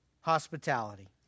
hospitality